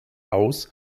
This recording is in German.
aus